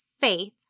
faith